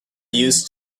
used